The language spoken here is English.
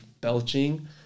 belching